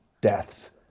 deaths